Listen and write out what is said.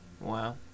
Wow